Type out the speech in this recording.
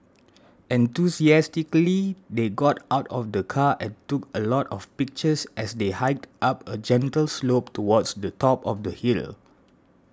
enthusiastically they got out of the car and took a lot of pictures as they hiked up a gentle slope towards the top of the hill